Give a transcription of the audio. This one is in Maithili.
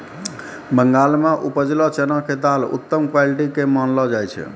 बंगाल मॅ उपजलो चना के दाल उत्तम क्वालिटी के मानलो जाय छै